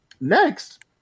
next